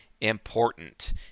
important